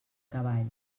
cavall